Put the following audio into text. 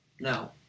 Now